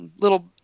little